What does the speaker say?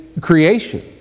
creation